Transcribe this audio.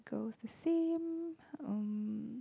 goes the same um